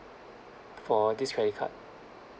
for this credit card